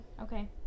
Okay